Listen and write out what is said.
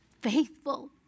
faithful